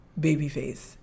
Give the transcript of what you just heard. Babyface